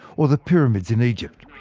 or the pyramids in egypt.